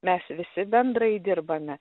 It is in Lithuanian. mes visi bendrai dirbame